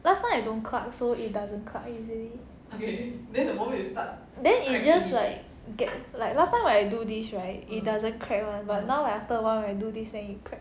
last time I don't crack so it doesn't crack easily then is just like get like last time when I do this right it doesn't crack [one] but now like after awhile I do this then you it crack